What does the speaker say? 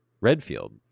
redfield